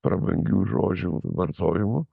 prabangių žodžių vartojimu